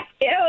Ew